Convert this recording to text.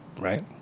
right